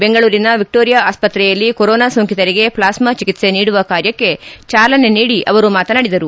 ಬೆಂಗಳೂರಿನ ವಿಕ್ಟೋರಿಯಾ ಆಸ್ಪತ್ರೆಯಲ್ಲಿ ಕೊರೊನಾ ಸೋಂಕಿತರಿಗೆ ಪ್ಲಾಸ್ನಾ ಚಿಕಿತ್ಸೆ ನೀಡುವ ಕಾರ್ಯಕ್ಕೆ ಚಾಲನೆ ನೀಡಿ ಅವರು ಮಾತನಾಡಿದರು